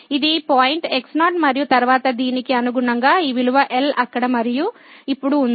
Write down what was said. ఇది point x0 మరియు తరువాత దీనికి అనుగుణంగా ఈ విలువ L అక్కడ మరియు ఇప్పుడు ఉంది